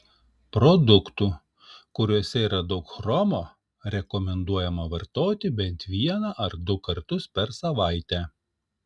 produktų kuriuose yra daug chromo rekomenduojama vartoti bent vieną ar du kartus per savaitę